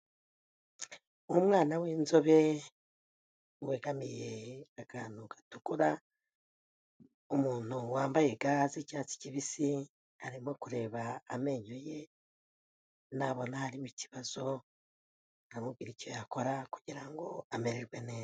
Umwana w'inzobe wegamiye akantu gatukura, umuntu wambaye ga z'icyatsi kibisi arimo kureba amenyo ye, nabona harimo ikibazo aramubwira icyo yakora kugira ngo amererwe neza.